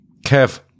Kev